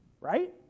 right